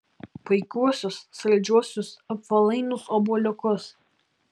puikiuosius saldžiuosius apvalainus obuoliukus